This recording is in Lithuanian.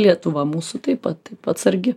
lietuva mūsų taip pat taip atsargi